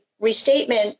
restatement